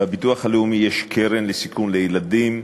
בביטוח הלאומי יש קרן לסיכון לילדים,